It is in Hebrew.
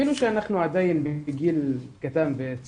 אפילו שאנחנו עדיין בגיל צעיר,